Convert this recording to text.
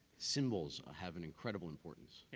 symbols have an incredible importance.